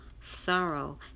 sorrow